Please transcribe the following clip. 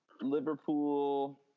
Liverpool